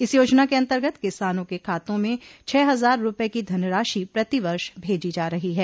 इस योजना के अन्तर्गत किसानों के खातों में छह हजार रूपये की धनराशि प्रति वर्ष भेजी जा रही है